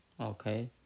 okay